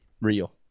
real